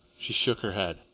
she shook her head.